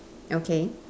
okay